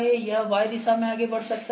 तो यह Y दिशा में आगे बढ़ सकता है